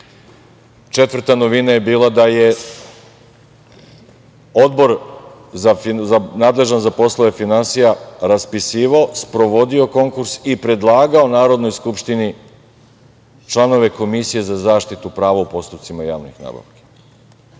Četvrta novina je bila da je odbor nadležan za poslove finansija raspisivao, sprovodio konkurs i predlagao Narodnoj skupštini članove Komisije za zaštitu prava u postupcima javnih nabavki. To